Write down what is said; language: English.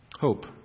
Hope